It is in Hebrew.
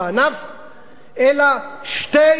אלא שתי רשתות גדולות,